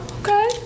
okay